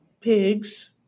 pigs